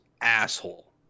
asshole